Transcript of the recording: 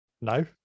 no